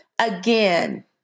Again